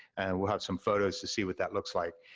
and we'll have some photos to see what that looks like.